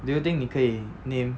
do you think 你可以 name